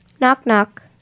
Knock-knock